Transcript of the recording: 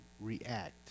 react